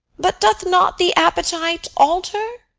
but doth not the appetite alter?